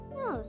no